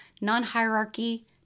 non-hierarchy